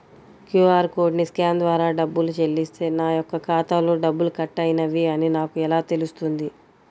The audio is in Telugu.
క్యూ.అర్ కోడ్ని స్కాన్ ద్వారా డబ్బులు చెల్లిస్తే నా యొక్క ఖాతాలో డబ్బులు కట్ అయినవి అని నాకు ఎలా తెలుస్తుంది?